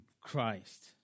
Christ